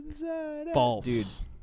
False